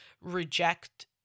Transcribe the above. reject